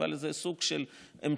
אבל זה סוג של אמצעי,